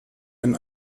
ein